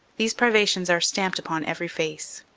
these privations are stamped upon every face.